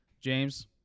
James